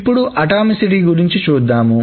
ఇప్పుడు అటామిసిటీ గురించి చూద్దాం